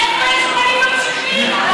איפה יש בנים ממשיכים?